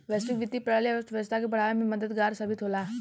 वैश्विक वित्तीय प्रणाली अर्थव्यवस्था के बढ़ावे में मददगार साबित होला